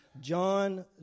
John